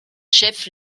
chef